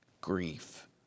grief